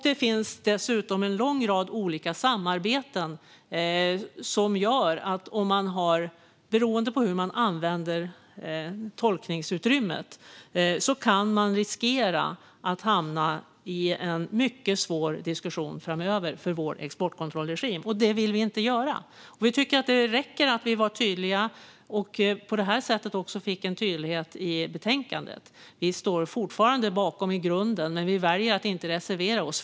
Det finns dessutom en lång rad olika samarbeten som gör att man, beroende på hur man använder tolkningsutrymmet, kan riskera att hamna i en mycket svår diskussion när det gäller vår exportkontrollregim framöver. Det vill vi inte göra. Vi tycker att det räcker att vi var tydliga och på det här sättet också fick en tydlighet i betänkandet. Vi står fortfarande bakom i grunden, men vi väljer att inte reservera oss.